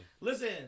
listen